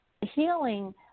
healing